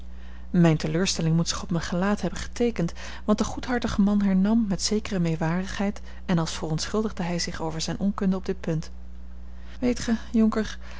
mijne teleurstelling moet zich op mijn gelaat hebben geteekend want de goedhartige man hernam met zekere meewarigheid en als verontschuldigde hij zich over zijne onkunde op dit punt weet gij jonker